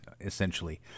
essentially